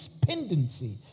dependency